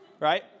right